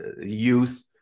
youth